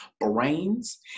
brains